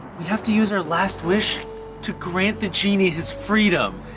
we have to use our last wish to grant the genie his freedom.